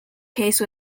case